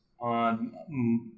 on